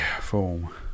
form